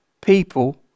people